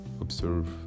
observe